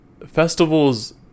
Festivals